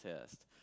test